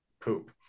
Poop